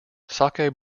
sake